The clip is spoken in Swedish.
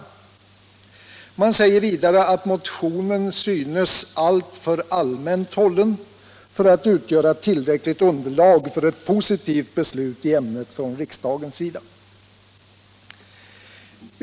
Utskottet säger vidare att motionen synes alltför allmänt hållen för att utgöra tillräckligt underlag för ett positivt beslut i ämnet från riksdagens sida.